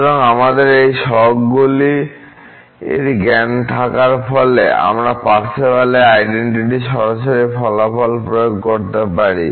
সুতরাং এই সহগগুলির জ্ঞান থাকার ফলে আমরা পার্সেভালের আইডেনটিটির সরাসরি ফলাফল প্রয়োগ করতে পারি